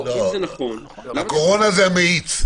הקורונה זה המאיץ.